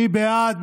מי בעד?